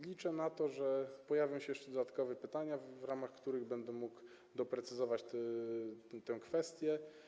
Liczę na to, że pojawią się jeszcze dodatkowe pytania, w ramach których będę mógł doprecyzować tę kwestię.